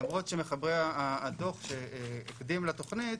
למרות שמחברי הדוח שהקדים לתוכנית